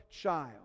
child